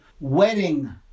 wedding